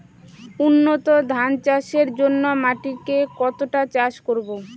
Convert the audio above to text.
উন্নত ধান চাষের জন্য মাটিকে কতটা চাষ করব?